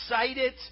excited